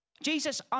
Jesus